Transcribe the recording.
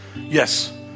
yes